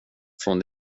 från